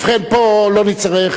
ובכן, פה לא נצטרך,